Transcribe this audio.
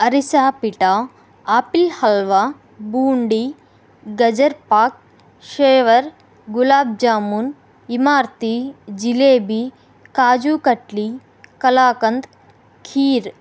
arisa pitha apple halwa boondi gajarpak షేవర్ గులాబ్ జామూన్ ఇమార్తి జిలేబీ కాజు కట్లీ కలకాండ్ కీర్